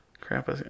Crap